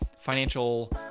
financial